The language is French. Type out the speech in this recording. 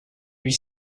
huit